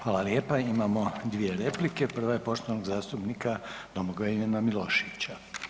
Hvala lijepa, imamo dvije replike, prva je poštovanog zastupnika Domagoja Ivana Miloševića.